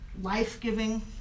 life-giving